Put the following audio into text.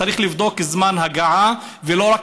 צריך לבדוק זמן הגעה, ולא רק